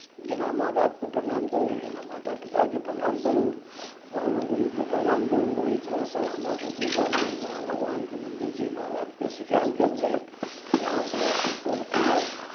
जेना माँ बापके प्रणाम करू जेना माता पिताके प्रणाम करू गामक गुरूके प्रणाम करू ओही तरहसँ हमरासबके धर्ममे जेना भगवानके मन्दिरके माँ बापके सिखायल गेल अइ अहाँ सुबह सुति कऽ उठू आ